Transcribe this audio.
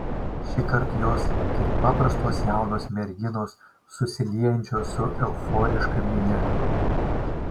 šįkart jos tik paprastos jaunos merginos susiliejančios su euforiška minia